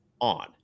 on